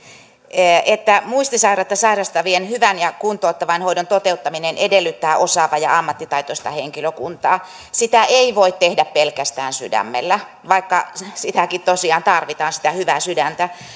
että muistisairautta sairastavien hyvän ja kuntouttavan hoidon toteuttaminen edellyttää osaavaa ja ammattitaitoista henkilökuntaa sitä ei voi tehdä pelkästään sydämellä vaikka tosiaan tarvitaan sitä hyvää sydäntä